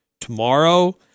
tomorrow